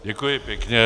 Děkuji pěkně.